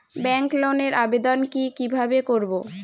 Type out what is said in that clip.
Bank লোনের আবেদন কি কিভাবে করব?